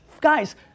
Guys